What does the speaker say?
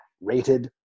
rated